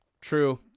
true